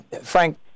frank